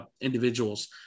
individuals